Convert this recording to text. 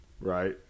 right